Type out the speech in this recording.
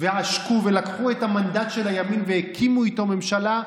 ועשקו ולקחו את המנדט של הימין והקימו איתו ממשלה,